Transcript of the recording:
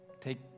take